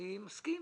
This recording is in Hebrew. אני מסכים.